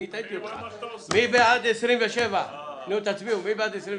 5 נגד,